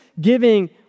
giving